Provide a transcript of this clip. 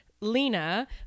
lena